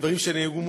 דברים שנאמרו,